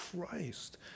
Christ